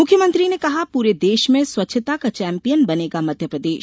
मुख्यमंत्री ने कहा पूरे देश में स्वच्छता का चैम्पियन बनेगा मध्यप्रदेश